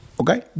Okay